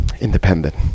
independent